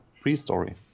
pre-story